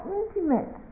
intimate